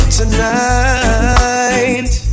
tonight